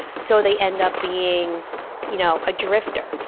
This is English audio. so they end up being you know a drifter,